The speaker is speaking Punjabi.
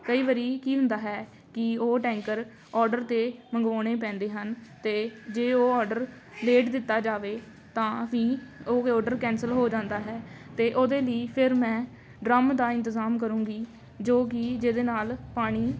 ਕਈ ਵਾਰੀ ਕੀ ਹੁੰਦਾ ਹੈ ਕਿ ਉਹ ਟੈਂਕਰ ਔਡਰ 'ਤੇ ਮੰਗਵਾਉਣੇ ਪੈਂਦੇ ਹਨ ਅਤੇ ਜੇ ਉਹ ਔਡਰ ਲੇਟ ਦਿੱਤਾ ਜਾਵੇ ਤਾਂ ਵੀ ਉਹ ਔਡਰ ਕੈਂਸਲ ਹੋ ਜਾਂਦਾ ਹੈ ਅਤੇ ਉਹਦੇ ਲਈ ਫਿਰ ਮੈਂ ਡ੍ਰੰਮ ਦਾ ਇੰਤਜ਼ਾਮ ਕਰੂੰਗੀ ਜੋ ਕਿ ਜਿਹਦੇ ਨਾਲ਼ ਪਾਣੀ